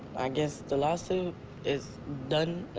i guess the lawsuit is done